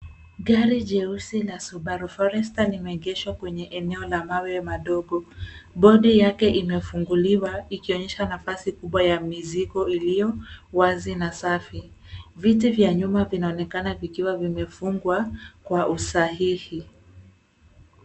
Gari jeusi la subaru forester limeegeshwa kwenye eneo la mawe madogo. Bodi yake imefunguliwa, ikionyesha nafasi kubwa ya mizigo ilio safi, na wazi. Viti vya nyuma vinaonekana vikiwa vimefungwa, kwa usahihi.